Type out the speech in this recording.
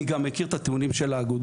אני גם מכיר את הטיעונים של האגודות,